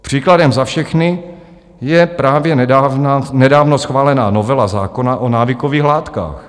Příkladem za všechny je právě nedávno schválená novela zákona o návykových látkách.